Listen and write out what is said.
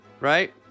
right